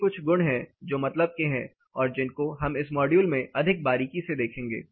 ये कुछ गुण हैं जो मतलब के हैं और जिनको हम इस मॉड्यूल में अधिक बारीकी से देखेंगे